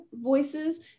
voices